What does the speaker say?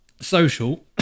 social